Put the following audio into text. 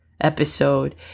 episode